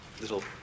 little